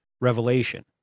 Revelation